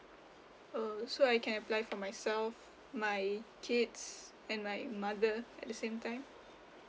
oh so I can apply for myself my kids and my mother at the same time